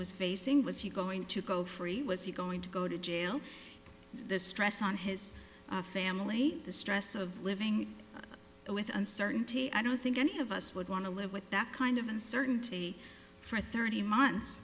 was facing was he going to go free was he going to go to jail the stress on his family the stress of living with uncertainty i don't think any of us would want to live with that kind of uncertainty for thirty month